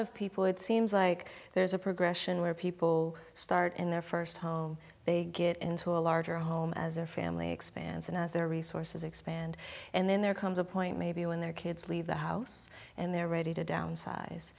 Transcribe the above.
of people would seems like there's a progression where people start in their first home they get into a larger home as their family expands and as their resources expand and then there comes a point maybe when their kids leave the house and they're ready to downsize